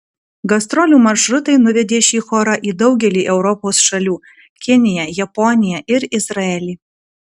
gastrolių maršrutai nuvedė šį chorą į daugelį europos šalių kiniją japoniją ir izraelį